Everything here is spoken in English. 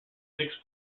six